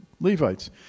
Levites